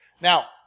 Now